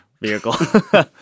vehicle